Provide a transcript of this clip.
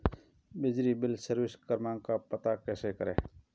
बिजली bill service क्रमांक का पता कैसे करें?